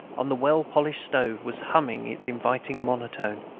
on the well-polished stove, was humming its inviting monotone.